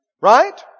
Right